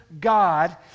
God